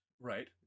right